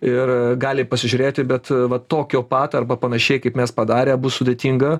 ir gali pasižiūrėti bet va tokio pat arba panašiai kaip mes padarę bus sudėtinga